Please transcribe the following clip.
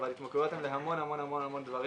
אבל התמכרויות הן בהמון דברים.